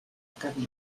cap